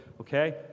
Okay